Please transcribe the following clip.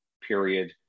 period